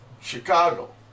Chicago